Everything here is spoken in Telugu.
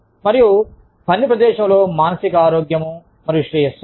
మరియు పని ప్రదేశంలో మానసిక ఆరోగ్యం మరియు శ్రేయస్సు